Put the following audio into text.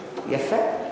יפה.